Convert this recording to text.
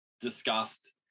discussed